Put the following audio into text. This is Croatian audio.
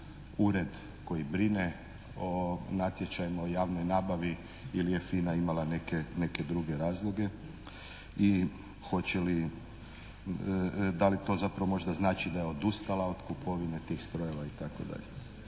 ured koji brine o natječaju o javnoj nabavi ili je FINA imala neke druge razloge i hoće li, da li to možda zapravo znači da je odustala od kupovine tih strojeva itd.